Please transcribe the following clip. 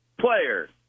player